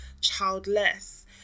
childless